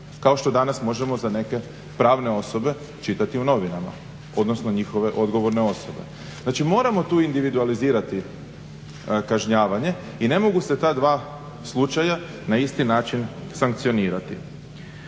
kao što danas možemo za neke pravne osobe čitati u novinama, odnosno njihove odgovorne osobe. Znači, moramo tu individualizirati kažnjavanje i ne mogu se ta dva slučaja na isti način sankcionirati.